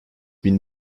bin